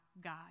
God